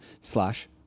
slash